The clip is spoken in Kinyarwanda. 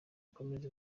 ikomeze